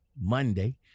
Monday